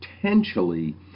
potentially